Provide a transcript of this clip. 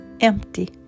empty